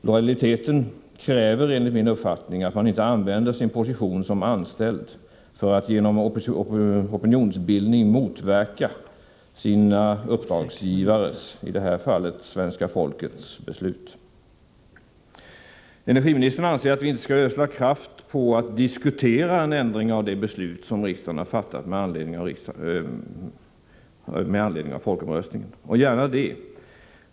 Lojaliteten kräver, enligt min uppfattning, att man inte använder sin position som anställd för att genom opinionsbildning motverka uppdragsgivarnas —i det här fallet svenska folkets — beslut. Energiministern anser att vi inte skall ödsla kraft på att diskutera en ändring av det beslut som riksdagen fattat med anledning av folkomröstningen — och gärna det.